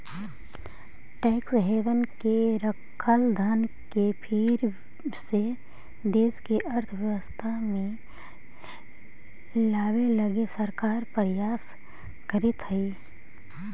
tax haven में रखल धन के फिर से देश के अर्थव्यवस्था में लावे लगी सरकार प्रयास करीतऽ हई